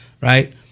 Right